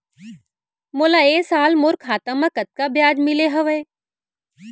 मोला ए साल मोर खाता म कतका ब्याज मिले हवये?